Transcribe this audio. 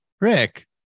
Rick